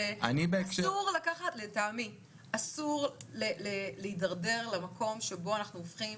אסור לטעמי להתדרדר למקום שבו אנחנו הופכים